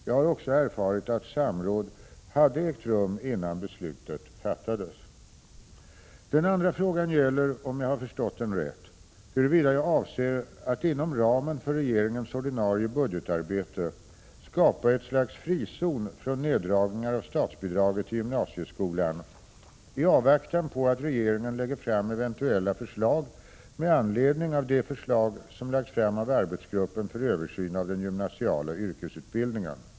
Jag har också erfarit att samråd hade ägt rum innan beslutet fattades. Den andra frågan gäller, om jag har förstått den rätt, huruvida jag avser att inom ramen för regeringens ordinarie budgetarbete skapa ett slags frizon från neddragningar av statsbidraget till gymnasieskolan i avvaktan på att regeringen lägger fram eventuella förslag med anledning av de förslag som lagts fram av arbetsgruppen för översyn av den gymnasiala yrkesutbildningen.